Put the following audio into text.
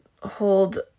hold